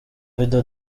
video